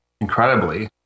incredibly